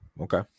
Okay